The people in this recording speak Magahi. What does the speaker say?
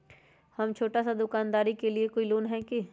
हम छोटा सा दुकानदारी के लिए कोई लोन है कि?